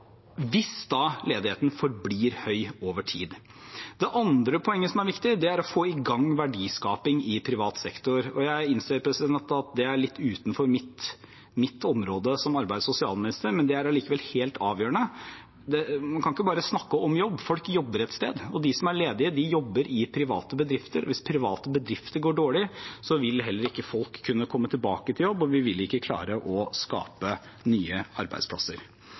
hvis ledigheten forblir høy over tid. Det andre poenget som er viktig, er å få i gang verdiskaping i privat sektor. Jeg innser at det er litt utenfor mitt område som arbeids- og sosialminister, men det er allikevel helt avgjørende. Man kan ikke bare snakke om jobb – folk jobber et sted, og de som er ledige, jobber i private bedrifter. Hvis private bedrifter går dårlig, vil heller ikke folk kunne komme tilbake til jobb, og vi vil ikke klare å skape nye arbeidsplasser.